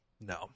No